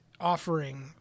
offering